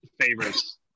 favorites